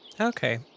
Okay